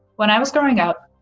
when i was growing up,